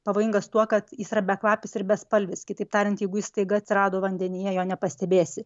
pavojingas tuo kad yra bekvapis ir bespalvis kitaip tariant jeigu jis staiga atsirado vandenyje jo nepastebėsi